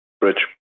bridge